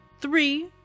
Three